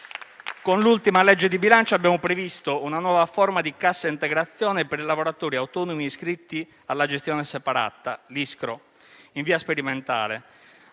Con l'ultima legge di bilancio abbiamo previsto una nuova forma di cassa integrazione per i lavoratori autonomi iscritti alla gestione separata (ISCRO), in via sperimentale.